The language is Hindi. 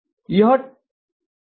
यह tan होगा